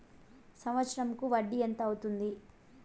సంవత్సరం కు వడ్డీ ఎంత అవుతుంది?